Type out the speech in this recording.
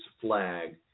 flag